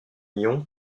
ion